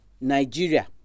Nigeria